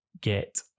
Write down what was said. get